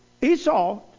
Esau